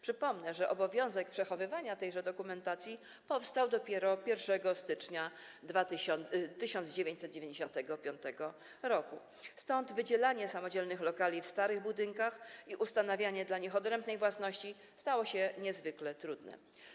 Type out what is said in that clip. Przypomnę, że obowiązek przechowywania tejże dokumentacji powstał dopiero 1 stycznia 1995 r., stąd wydzielanie samodzielnych lokali w starych budynkach i ustanawianie dla nich odrębnej własności stało się niezwykle trudne.